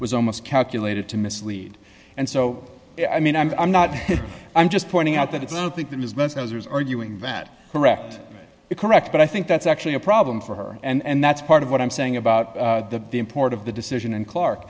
was almost calculated to mislead and so i mean i'm not i'm just pointing out that it's i don't think that is meant i was arguing that correct correct but i think that's actually a problem for her and that's part of what i'm saying about the import of the decision and clark